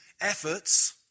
efforts